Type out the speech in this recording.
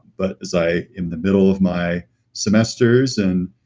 but as i am the middle of my semesters and